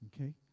Okay